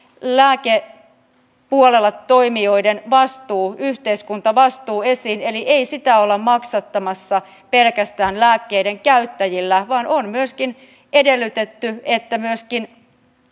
lääkepuolella toimijoiden yhteiskuntavastuu esiin eli ei sitä olla maksattamassa pelkästään lääkkeiden käyttäjillä vaan on myöskin edellytetty että myöskin